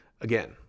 again